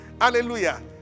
Hallelujah